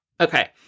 Okay